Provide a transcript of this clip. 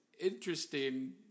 interesting